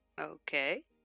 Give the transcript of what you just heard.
Okay